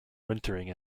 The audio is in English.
wintering